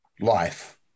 life